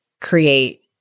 create